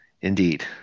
indeed